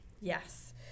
yes